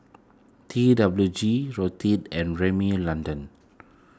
T W G Lotte and Rimmel London